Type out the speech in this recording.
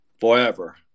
forever